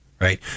right